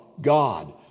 God